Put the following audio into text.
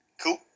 Cool